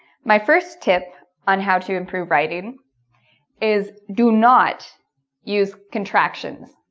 my first tip on how to improve writing is do not use contractions.